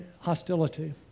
hostility